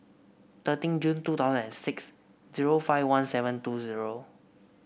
thirteen June two thousand and six zero five one seven two zero